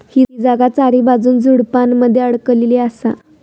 ही जागा चारीबाजून झुडपानमध्ये अडकलेली असा